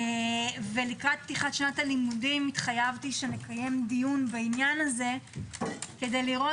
לקראת פתיחת שנת הלימודים התחייבתי שנקיים דיון בעניין הזה כדי לראות,